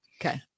Okay